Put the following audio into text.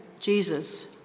Jesus